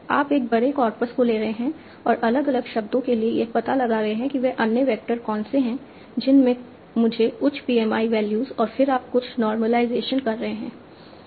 आप एक बड़े कॉर्पस को ले रहे हैं और अलग अलग शब्दों के लिए यह पता लगा रहे हैं कि वे अन्य वैक्टर कौन से हैं जिनमें मुझे उच्च PMI वैल्यूज हैं और फिर आप कुछ नॉर्मलाइजेशन कर रहे हैं